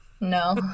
No